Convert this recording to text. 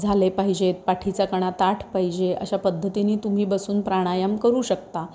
झाले पाहिजेत पाठीचा कणा ताठ पाहिजे अशा पद्धतीने तुम्ही बसून प्राणायाम करू शकता